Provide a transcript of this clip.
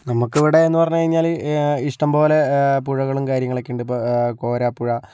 നമുക്കിവിടെ എന്ന് പറഞ്ഞുകഴിഞ്ഞാല് ഇഷ്ടംപോലെ പുഴകളും കാര്യങ്ങളൊക്കെയുണ്ട് ഇപ്പോൾ കോരാപ്പുഴ